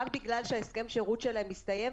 רק בגלל שהסכם שירות שלהם הסתיים,